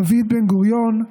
דוד בן-גוריון,